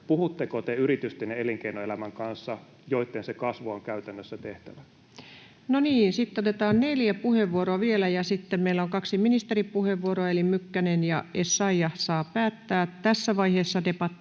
puhutteko te yritysten ja elinkeinoelämän kanssa, joitten se kasvu on käytännössä tehtävä? No niin, sitten otetaan neljä puheenvuoroa vielä, ja sitten meillä on kaksi ministeripuheenvuoroa, eli Mykkänen ja Essayah saavat päättää tässä vaiheessa debattia,